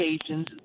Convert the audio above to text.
occasions